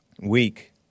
Weak